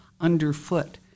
underfoot